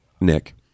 Nick